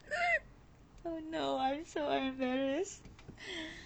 oh no I'm so embarrassed